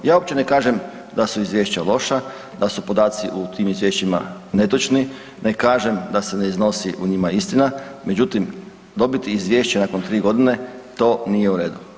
Ja uopće ne kažem da su izvješća loša, da su podaci u tim izvješćima netočni, ne kažem da se ne iznosi u njima istina, međutim dobiti izvješće nakon 3 godine to nije u redu.